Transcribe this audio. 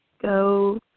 go